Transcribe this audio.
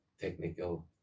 technical